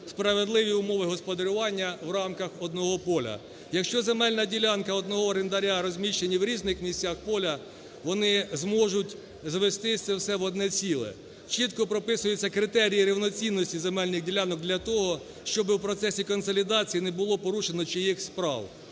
справедливі умови господарювання в рамках одного поля. Якщо земельні ділянки одного орендаря розміщені в різних місцях поля, вони зможуть звести це все в одне ціле. Чітко прописується критерій рівноцінності земельних ділянок для того, щоби у процесі консолідації не було порушено чиїхось прав.